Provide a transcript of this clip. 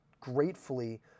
gratefully